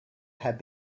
had